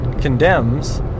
condemns